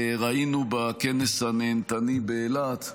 ראינו בכנס הנהנתני באילת,